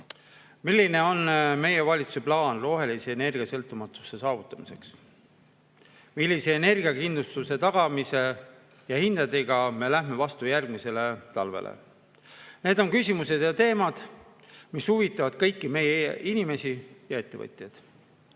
Milline on meie valitsuse plaan rohelise energiasõltumatuse saavutamiseks? Millise energiakindluse tagamise ja hindadega me läheme vastu järgmisele talvele? Need on küsimused ja teemad, mis huvitavad kõiki meie inimesi ja ettevõtjaid.